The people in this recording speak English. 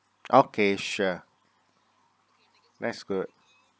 okay sure that's good